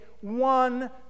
one